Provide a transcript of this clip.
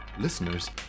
listeners